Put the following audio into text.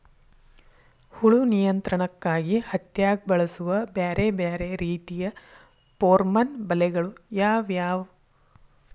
ಹುಳು ನಿಯಂತ್ರಣಕ್ಕಾಗಿ ಹತ್ತ್ಯಾಗ್ ಬಳಸುವ ಬ್ಯಾರೆ ಬ್ಯಾರೆ ರೇತಿಯ ಪೋರ್ಮನ್ ಬಲೆಗಳು ಯಾವ್ಯಾವ್?